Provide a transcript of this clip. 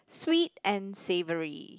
sweet and savoury